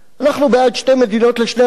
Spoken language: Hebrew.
אנחנו בעד שתי מדינות לשני עמים,